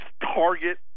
target